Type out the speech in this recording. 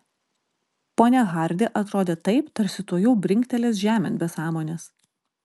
ponia hardi atrodė taip tarsi tuojau brinktelės žemėn be sąmonės